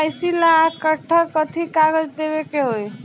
KYC ला कट्ठा कथी कागज देवे के होई?